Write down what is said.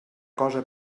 cosa